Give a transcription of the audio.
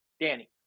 Danny